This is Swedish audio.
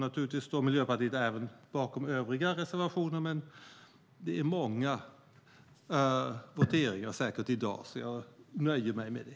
Naturligtvis står Miljöpartiet bakom även övriga reservationer, men det är säkert många voteringspunkter i dag, så jag nöjer mig med det.